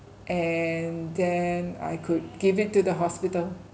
and then I could give it to the hospital